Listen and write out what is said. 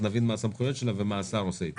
מה הסמכויות שלה ומה השר עושה.